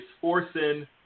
forcing